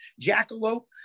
jackalope